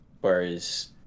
Whereas